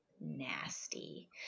nasty